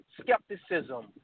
skepticism